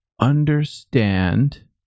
understand